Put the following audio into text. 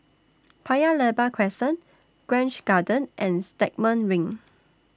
Paya Lebar Crescent Grange Garden and Stagmont Ring